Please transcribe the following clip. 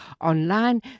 online